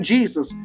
Jesus